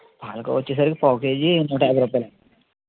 పాలకోవా వచ్చేసరికి పావు కేజీ నూట యాభై రూపాయలు అండి